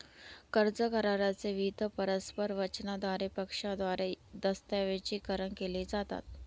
कर्ज करारा चे विविध परस्पर वचनांद्वारे पक्षांद्वारे दस्तऐवजीकरण केले जातात